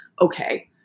okay